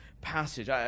passage